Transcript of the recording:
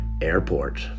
airport